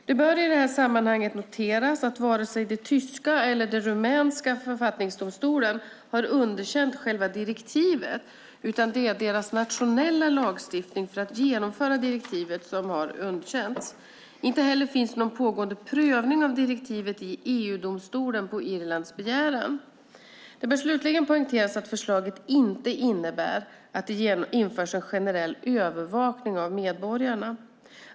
Det bör i detta sammanhang noteras att varken den tyska eller den rumänska författningsdomstolen har underkänt själva direktivet, utan det är deras nationella lagstiftning för att genomföra direktivet som har underkänts. Inte heller finns det någon pågående prövning av direktivet i EU-domstolen på Irlands begäran. Det bör slutligen poängteras att förslaget inte innebär att det införs en generell övervakning av medborgarna.